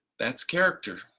that's character.